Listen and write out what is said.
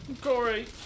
Corey